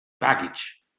Baggage